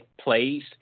plays